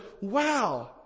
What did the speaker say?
Wow